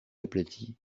aplati